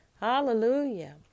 Hallelujah